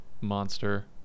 monster